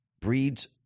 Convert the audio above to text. breeds